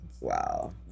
Wow